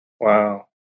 Wow